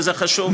וחשוב להבין,